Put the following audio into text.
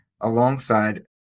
alongside